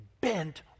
bent